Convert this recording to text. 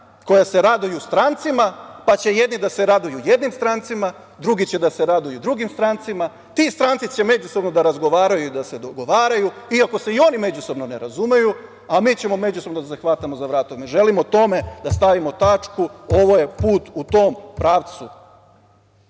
koja se raduju strancima, pa će jedni da se raduju jednim strancima, drugi će da se raduju drugim strancima. Ti stranci će međusobno da razgovaraju i da se dogovaraju iako se i oni međusobno ne razumeju, a mi ćemo međusobno da se hvatamo za vrat. Mi želimo tome da stavimo tačku. Ovo je put u tom pravcu.